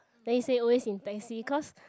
then he say always in taxi cause